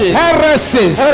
heresies